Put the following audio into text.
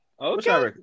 okay